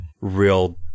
real